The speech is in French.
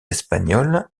espagnoles